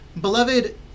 Beloved